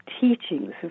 teachings